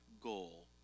goal